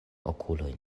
okulojn